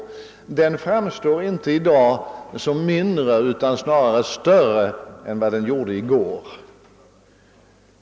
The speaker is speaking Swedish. Risken härför framstår i dag inte som mindre utan snarare som större än vad den var i går.